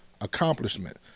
accomplishment